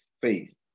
faith